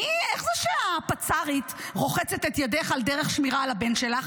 איך זה שהפצ"רית רוחצת את ידך דרך שמירה על הבן שלך?